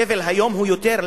הסבל היום הוא יותר.